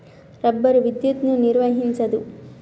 rubber విద్యుత్తును నిర్వహించదు